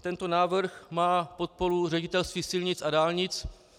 Tento návrh má podporu Ředitelství silnic a dálnic.